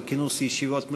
על כינוס ישיבות מליאה,